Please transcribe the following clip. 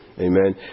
Amen